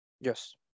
Yes